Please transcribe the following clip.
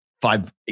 five